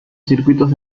circuitos